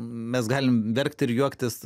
mes galim verkt ir juoktis